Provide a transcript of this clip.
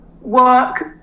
work